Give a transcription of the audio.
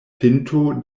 pinto